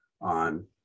on